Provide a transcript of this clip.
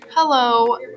Hello